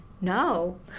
no